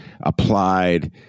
applied